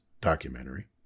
documentary